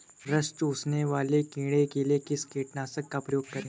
रस चूसने वाले कीड़े के लिए किस कीटनाशक का प्रयोग करें?